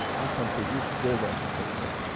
i can produce gold out of fresh air.